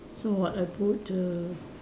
so what I put a